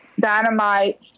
Dynamite